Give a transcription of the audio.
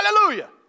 Hallelujah